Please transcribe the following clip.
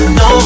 no